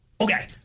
okay